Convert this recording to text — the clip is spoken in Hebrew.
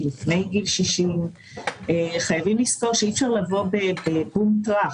לפני גיל 60. חייבים לזכור שאי אפשר לבוא ב-בום טראח.